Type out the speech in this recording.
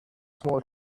small